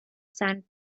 sand